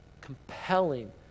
compelling